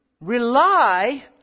rely